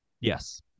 Yes